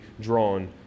drawn